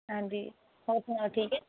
ਹਾਂਜੀ ਹੋਰ ਸੁਣਾਓ ਠੀਕ ਹੈ